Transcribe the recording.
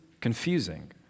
Confusing